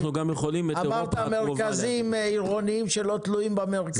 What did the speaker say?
אמרת מרכזים עירוניים שלא תלויים במרכז.